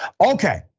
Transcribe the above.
Okay